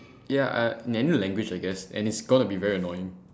ya uh in any language I guess and it's gonna be very annoying